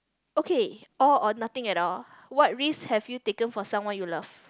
okay all or nothing at all what risk have you taken for someone you love